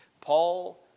Paul